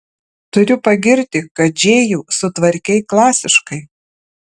turiu pagirti kad džėjų sutvarkei klasiškai